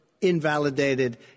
invalidated